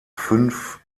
fünf